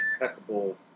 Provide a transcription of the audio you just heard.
impeccable